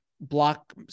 block